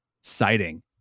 sighting